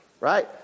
right